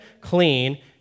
clean